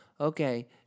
Okay